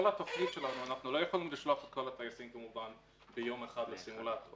אנחנו לא יכולים לשלוח את כל הטייסים ביום אחד לסימולטור.